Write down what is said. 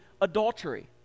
adultery